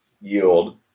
yield